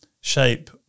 shape